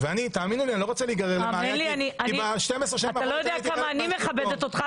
אתה לא יודע כמה אני מכבדת אותך,